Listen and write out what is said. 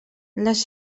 les